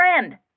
friend